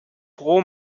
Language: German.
pro